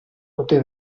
ote